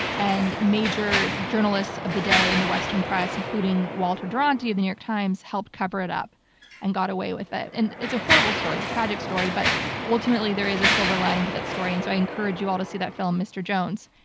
and major journalists of the day in the western press including walter duranty of the york times helped cover it up and got away with it. and it's a horrible story, it's a tragic story, but ultimately there is a silver lining to that story and so i encourage you all to see that film, mr. jones.